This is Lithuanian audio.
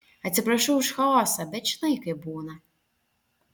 atsiprašau už chaosą bet žinai kaip būna